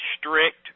strict